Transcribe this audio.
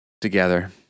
together